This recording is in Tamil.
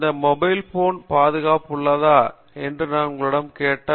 இந்த மொபைல் போன் பாதுகாப்பாக உள்ளதா நான் உங்களிடம் கேட்டால்